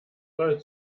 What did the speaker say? soll